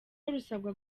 rurasabwa